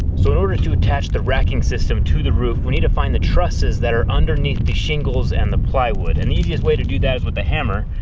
so in order to attach the racking system to the roof we need to find the trusses that are underneath the shingles and the plywood, and the easiest way to do that is with a hammer.